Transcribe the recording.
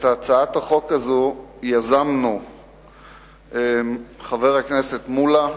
את הצעת החוק הזו יזמנו עם חבר הכנסת מולה,